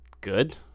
good